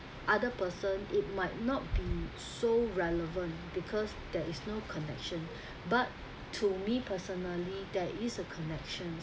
other person it might not be so relevant because there is no connection but to me personally there is a connection